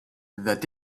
that